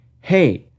hey